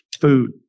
food